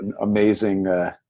amazing